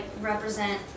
represent